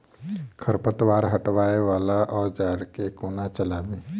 खरपतवार हटावय वला औजार केँ कोना चलाबी?